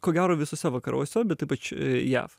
ko gero visuose vakaruose bet ypač jav